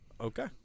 Okay